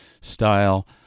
style